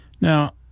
Now